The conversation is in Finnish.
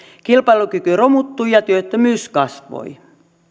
kilpailukyky romuttui ja työttömyys kasvoi